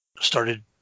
started